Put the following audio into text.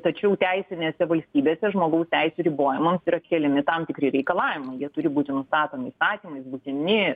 tačiau teisinėse valstybėse žmogaus teisių ribojimams yra keliami tam tikri reikalavimai jie turi būti nustatomi įstatymais būtini